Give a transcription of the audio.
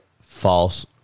false